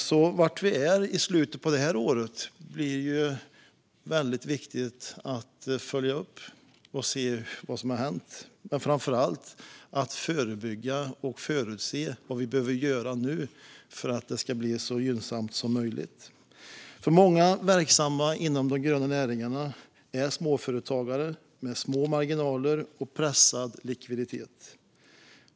Det blir väldigt viktigt att följa upp var vi är i slutet av det här året och se vad som har hänt och framför allt att förebygga och att förutse vad vi behöver göra nu för att det ska bli så gynnsamt som möjligt. Många verksamma inom de gröna näringarna är småföretagare med små marginaler och pressad likviditet.